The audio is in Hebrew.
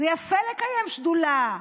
זה יפה לקיים שדולה,